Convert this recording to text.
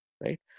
right